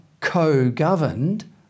co-governed